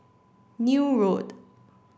Neil Road